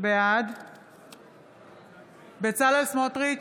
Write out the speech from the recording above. בעד בצלאל סמוטריץ'